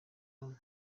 hano